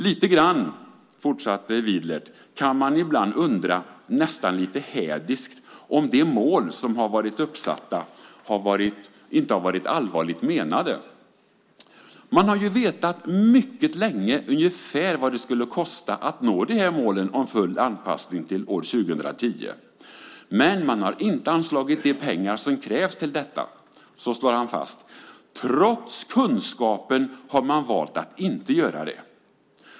Lite grann kan man ibland undra, nästan lite hädiskt, om de mål som har varit uppsatta inte har varit allvarligt menade. Man har ju vetat mycket länge ungefär vad det skulle kosta att nå de här målen om full anpassning till år 2010. Men man har inte anslagit de pengar som krävs till detta. Trots kunskapen har man valt att inte göra det."